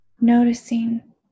noticing